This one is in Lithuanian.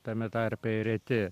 tame tarpe ir reti